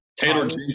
Taylor